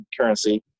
currency